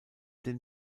den